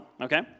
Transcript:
Okay